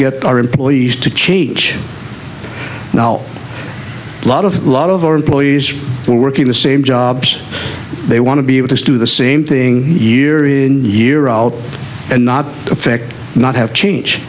get our employees to change now a lot of a lot of our employees who work in the same jobs they want to be able to do the same thing year in year out and not affect not have change